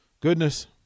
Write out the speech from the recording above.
goodness